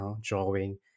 drawing